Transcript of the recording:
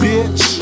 Bitch